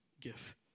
give